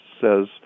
says